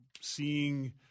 seeing